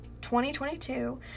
2022